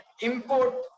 import